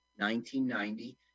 1990